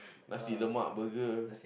Nasi-Lemak burger